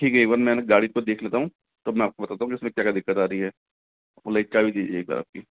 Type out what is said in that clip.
ठीक है एक बार मैं गाड़ी को देख लेता हूँ तब मैं आपको बताता हूँ कि इसमें क्या क्या दिक्कत आ रही है ले चाबी दीजिए एक बार आपकी